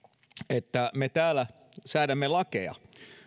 että me täällä säädämme lakeja